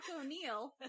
O'Neill